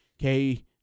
Okay